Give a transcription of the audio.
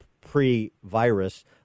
pre-virus